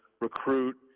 recruit